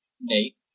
Nate